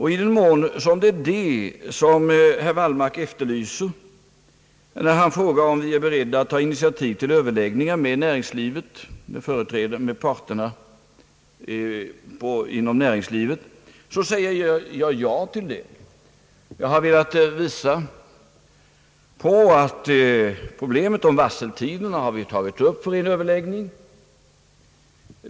I den mån det är detta, som herr Wallmark efterlyser när han frågar om vi är beredda att ta initiativ till överläggningar med parterna inom näringslivet, så säger jag ja på den punkten. Problemet om varseltiderna har vi, som jag redan har påpekat, tagit upp till överläggning.